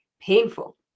painful